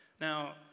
Now